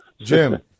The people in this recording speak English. Jim